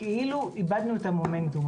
כאילו איבדנו את המומנטום.